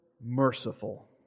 merciful